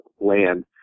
land